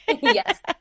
Yes